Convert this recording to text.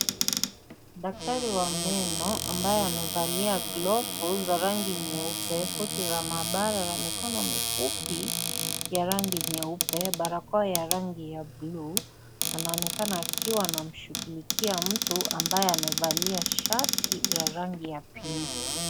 Daktari wa meno, ambaye amevalia glovu za rangi nyeupe, koti la mahabara la mikono mifupi ya rangi nyeupe, barakoa ya rangi ya buluu. Anaonekana akiwa anashughulikia mtu ambaye amevalia shati shati la rangi ya pinki.